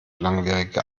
langwierige